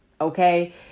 Okay